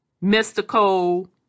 mystical